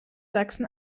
sachsen